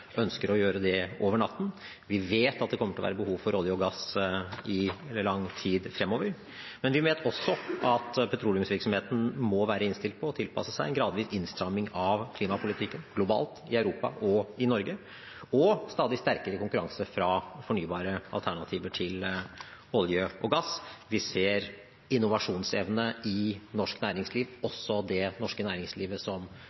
ønsker å gjøre det over natten. Vi vet at det kommer til å være behov for olje og gass i lang tid fremover. Men vi vet også at petroleumsvirksomheten må være innstilt på å tilpasse seg en gradvis innstramming av klimapolitikken globalt, i Europa og i Norge og tilpasse seg stadig sterkere konkurranse fra fornybare alternativer til olje og gass. Vi ser innovasjonsevne i norsk næringsliv – også i det norske næringslivet som